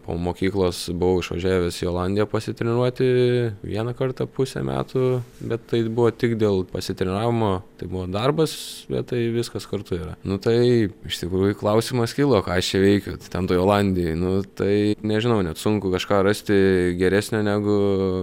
po mokyklos buvau išvažiavęs į olandiją pasitreniruoti vieną kartą pusę metų bet tai buvo tik dėl pasiteiravimo tai buvo darbas bet tai viskas kartu yra nu tai iš tikrųjų klausimas kilo ką aš čia veikiu tai ten toj olandijoj nu tai nežinau net sunku kažką rasti geresnio negu